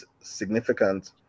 significant